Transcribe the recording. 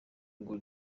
ngo